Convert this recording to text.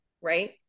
right